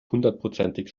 hundertprozentig